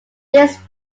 this